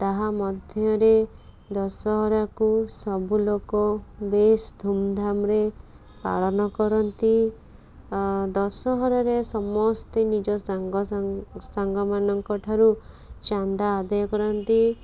ତାହା ମଧ୍ୟରେ ଦଶହରାକୁ ସବୁ ଲୋକ ବେଶ୍ ଧୁମ୍ଧାମ୍ରେ ପାଳନ କରନ୍ତି ଦଶହରାରେ ସମସ୍ତେ ନିଜ ସାଙ୍ଗ ସାଙ୍ଗମାନଙ୍କ ଠାରୁ ଚାନ୍ଦା ଆଦାୟ କରନ୍ତି